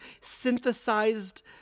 synthesized